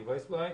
אתי וייסבלאי,